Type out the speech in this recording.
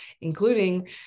including